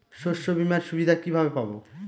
শস্যবিমার সুবিধা কিভাবে পাবো?